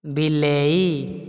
ବିଲେଇ